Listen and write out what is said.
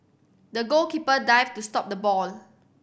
the goalkeeper dived to stop the ball